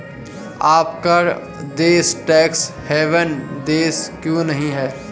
अपना देश tax haven देश क्यों नहीं है?